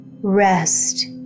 rest